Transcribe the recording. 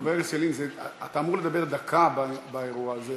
חבר הכנסת ילין, אתה אמור לדבר דקה באירוע הזה.